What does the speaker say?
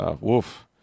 Woof